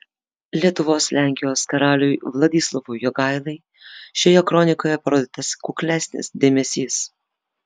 lietuvos lenkijos karaliui vladislovui jogailai šioje kronikoje parodytas kuklesnis dėmesys